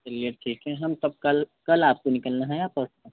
चलिए ठीक है हम तब कल कल आपको निकलना है या परसों